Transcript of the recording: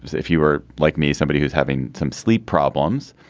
if you were like me somebody who's having some sleep problems